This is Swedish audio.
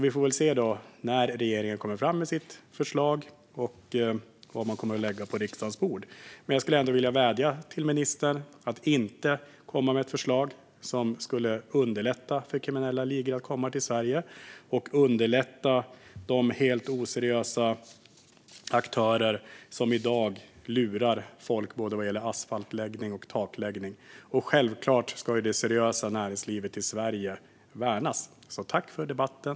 Vi får väl se när regeringen kommer fram med sitt förslag och vad den kommer att lägga på riksdagens bord. Jag skulle ändå vilja vädja till ministern att inte komma med ett förslag som skulle underlätta för kriminella ligor att komma till Sverige och underlätta för de helt oseriösa aktörer som i dag lurar folk vad gäller både asfaltläggning och takläggning. Självklart ska det seriösa näringslivet i Sverige värnas. Tack för debatten!